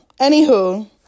Anywho